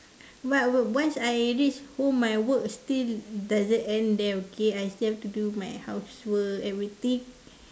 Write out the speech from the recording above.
but once I reach home my work still doesn't end there okay I still have to do my housework everything